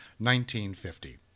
1950